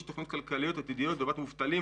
תוכניות כלכליות עתידיות לטובת מובטלים,